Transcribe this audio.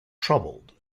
troubled